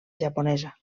japonesa